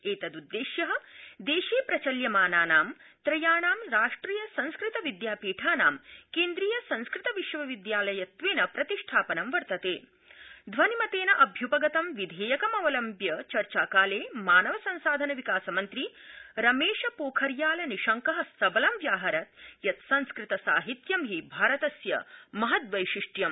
एतददृष्टि दर्यात्रिवल्यमानाना त्रयाणा राष्ट्रिय संस्कृत विद्यापीठाना क्ट्रीय संस्कृत विश्व विद्यालयत्वर्त प्रतिष्ठापन वर्तत श्रिवनिमतर्त अभ्यूपगतं विध्यक्रिमवलम्व्य चर्चाकालश्रानव संसाधन विकासमन्त्री रमध्यपोखरियाल निशंक सबलं व्याहरत् यत् संस्कृतसाहित्यं हि भारतस्य महद वैशिष्ट्यं